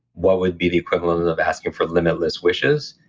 what would be the equivalent of asking for limitless wishes?